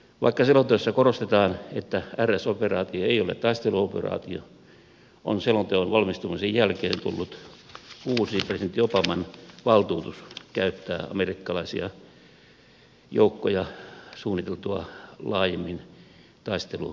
vaikka selonteossa korostetaan että rs operaatio ei ole taisteluoperaatio on selonteon valmistumisen jälkeen tullut presidentti obaman uusi valtuutus käyttää amerikkalaisia joukkoja suunniteltua laajemmin taistelutoiminnassa